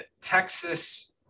Texas